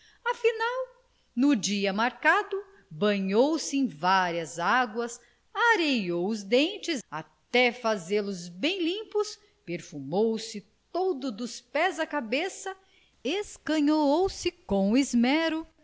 afinal no dia marcado banhou-se em varias águas areou os dentes até fazê los bem limpos perfumou-se todo dos pés à cabeça escanhoou se com